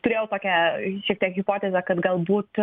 turėjau tokią šiek tiek hipotezę kad galbūt